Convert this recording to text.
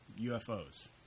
UFOs